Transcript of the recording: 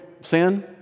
sin